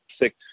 six